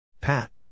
Pat